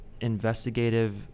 investigative